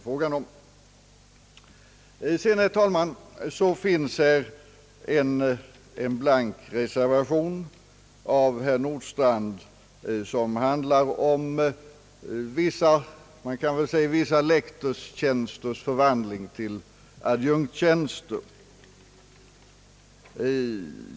Sedan finns det, herr talman, en blank reservation av herr Nordstrandh, som handlar om vad man kan kalla vissa lektorstjänsters förvandling till adjunktstjänster.